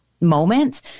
moment